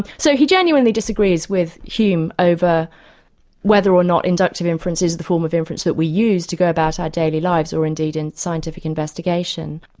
so he genuinely disagrees with hume over whether or not inducted inference is the form of inference that we use to go about our daily lives, or indeed in scientific investigation.